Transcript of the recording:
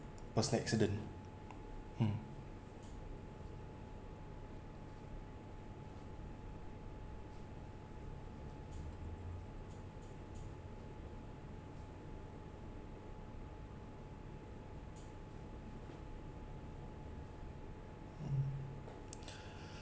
personal accident mm mm